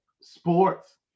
sports